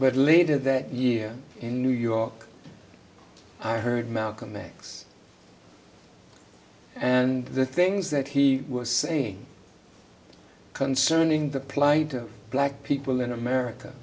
but later that year in new york i heard malcolm x and the things that he was saying concerning the plight of black people in america